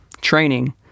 training